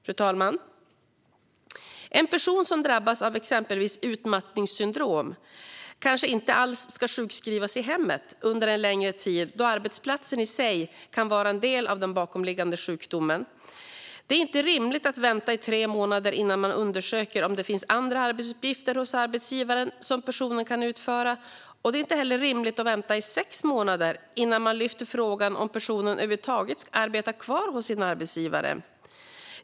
Fru talman! En person som drabbas av exempelvis utmattningssyndrom kanske inte alls ska sjukskrivas i hemmet under en längre tid, då arbetsplatsen i sig kan vara en del i det som ligger bakom sjukdomen. Det är inte rimligt att vänta i tre månader innan man undersöker om det finns andra arbetsuppgifter hos arbetsgivaren som personen kan utföra. Det är inte heller rimligt att vänta i sex månader innan man lyfter frågan om personen över huvud taget ska arbeta kvar hos sin arbetsgivare.